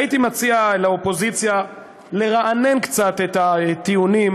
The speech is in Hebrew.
הייתי מציע לאופוזיציה לרענן קצת את הטיעונים,